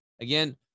again